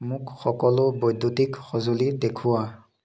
মোক সকলো বৈদ্যুতিক সঁজুলি দেখুওৱা